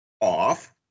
off